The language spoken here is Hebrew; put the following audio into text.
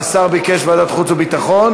והשר ביקש ועדת החוץ והביטחון,